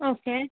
okay